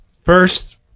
first